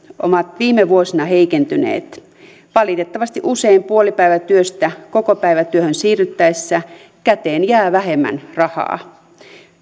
ovat viime vuosina heikentyneet valitettavasti usein puolipäivätyöstä kokopäivätyöhön siirryttäessä käteen jää vähemmän rahaa